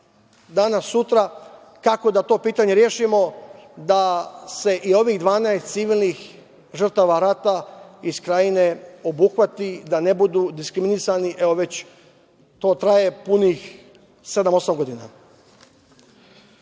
danas, sutra, kako da to pitanje rešimo da se i ovih 12 civilnih žrtava rata iz Krajine obuhvati da ne budu diskriminisani, evo, već to traje punih sedam,